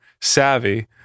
savvy